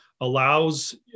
allows